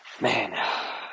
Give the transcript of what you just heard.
man